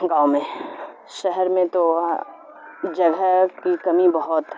گاؤں میں شہر میں تو جگہ کی کمی بہت ہے